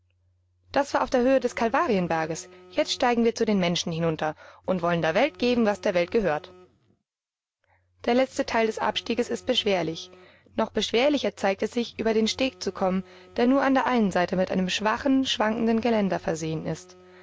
das war auf der höhe des kalvarienberges jetzt steigen wir zu den menschen hinunter und wollen der welt geben was der welt gehört der letzte teil des abstieges ist beschwerlich noch beschwerlicher zeigt es sich über den steg zu kommen der nur an der einen seite mit einem schwachen schwankenden geländer versehen ist